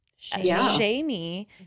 shamey